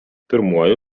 pirmuoju